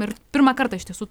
ir pirmą kartą iš tiesų